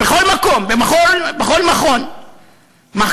בכל מקום, בכל מכון מחקר.